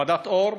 ועדת אור,